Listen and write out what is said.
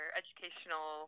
educational